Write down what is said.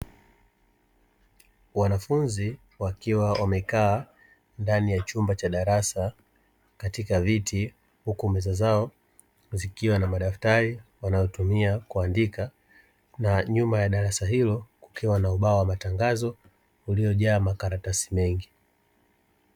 Wanafunzi wakiwa wamekaa ndani ya chumba cha darasa katika viti, huku meza zao zikiwa na madaftari wanayotumia kuandika na nyuma ya darasa hilo kukiwa na ubao wa matangazo uliojaa makaratasi mengi.